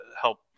help